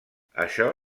això